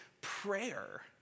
prayer